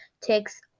takes